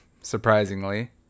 surprisingly